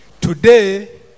today